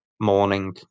morning